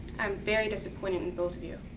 i'm very disappointed in both of you.